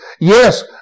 yes